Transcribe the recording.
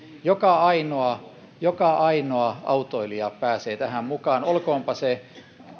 joka ainoa joka ainoa autoilija pääsee tähän mukaan olkoonpa se